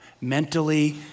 mentally